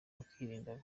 bakirinda